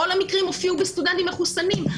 כל המקרים הופיעו אצל סטודנטים מחוסנים.